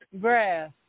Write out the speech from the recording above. grass